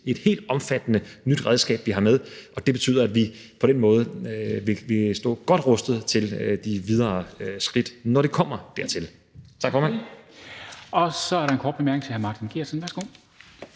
et helt omfattende nyt redskab, vi har med, og det betyder, at vi på den måde vil stå godt rustet til de videre skridt, når det kommer dertil. Tak, formand. Kl. 13:26 Formanden (Henrik Dam Kristensen): Så er der en kort bemærkning til hr. Martin Geertsen. Værsgo.